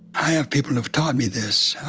i have people have taught me this.